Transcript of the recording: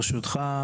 ברשותך,